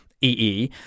EE